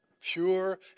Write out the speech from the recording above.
Pure